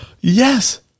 Yes